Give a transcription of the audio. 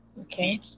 Okay